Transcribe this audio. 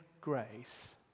grace